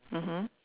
mmhmm